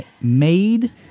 Made